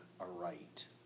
aright